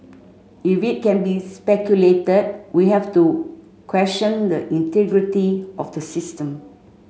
if it can be speculated we have to question the integrity of the system